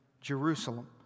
Jerusalem